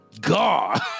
God